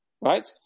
Right